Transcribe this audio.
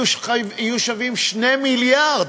יהיו שווים 2 מיליארד.